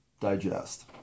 digest